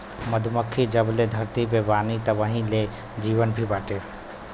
मधुमक्खी जबले धरती पे बानी तबही ले जीवन भी बाटे